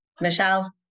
Michelle